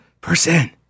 percent